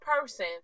person